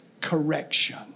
correction